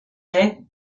est